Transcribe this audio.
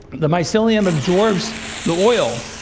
the mycelium absorbs the oil.